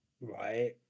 right